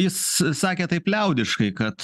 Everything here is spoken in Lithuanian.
jis sakė taip liaudiškai kad